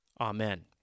Amen